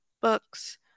books